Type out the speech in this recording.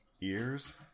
Ears